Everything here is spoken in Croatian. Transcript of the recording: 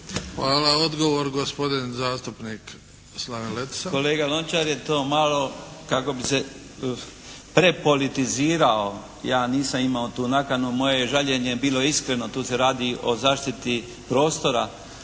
Hvala. Odgovor gospodin zastupnik Slaven Letica.